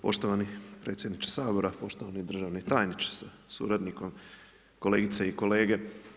Poštovani predsjedniče Sabora, poštovani državni tajniče sa suradnikom, kolegice i kolege.